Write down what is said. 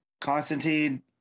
Constantine